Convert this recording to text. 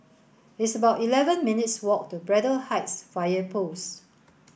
it's about eleven minutes' walk to Braddell Heights Fire Post